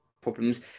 problems